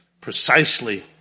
precisely